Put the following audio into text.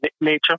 nature